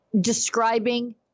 describing